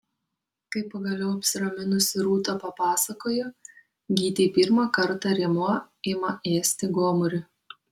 kai pagaliau apsiraminusi rūta papasakojo gytei pirmą kartą rėmuo ima ėsti gomurį